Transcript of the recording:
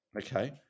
Okay